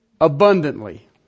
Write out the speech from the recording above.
abundantly